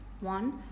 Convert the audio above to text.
one